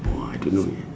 !whoa! I don't know eh